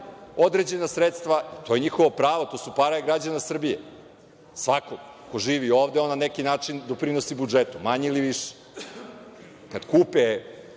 određena sredstva, to je njihovo pravo, to su pare građana Srbije. Svako ko živi ovde, on na neki način doprinosi budžetu, manje ili više. Kad kupe